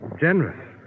Generous